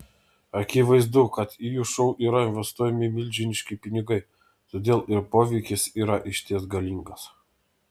akivaizdu kad į jų šou yra investuojami milžiniški pinigai todėl ir poveikis yra išties galingas